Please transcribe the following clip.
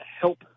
help